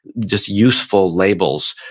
just useful labels.